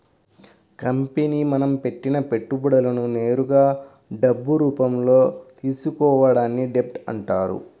company మనం పెట్టిన పెట్టుబడులను నేరుగా డబ్బు రూపంలో తీసుకోవడాన్ని డెబ్ట్ అంటారు